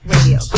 Radio